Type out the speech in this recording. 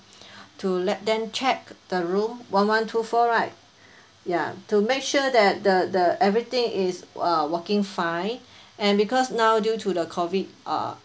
to let them check the room one one two four right yeah to make sure that the the everything is uh working fine and because now due to the COVID uh